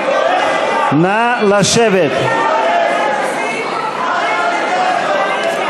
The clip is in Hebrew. אתם הורסים את המדינה.